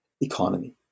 economy